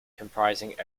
comprising